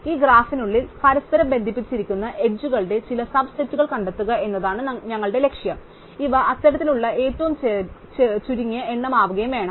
ഈ ഗ്രാഫിനുള്ളിൽ പരസ്പരം ബന്ധിപ്പിച്ചിരിക്കുന്ന അരികുകളുടെ ചില സബ് സെറ്റുകൾ കണ്ടെത്തുക എന്നതാണ് ഞങ്ങളുടെ ലക്ഷ്യം ഇവ അത്തരത്തിൽ ഉള്ള ഏറ്റവും ചുരുങ്ങിയ എണ്ണം ആവുകയും വേണം